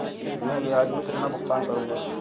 मैं ब्याज में कितना भुगतान करूंगा?